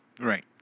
Right